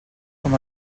com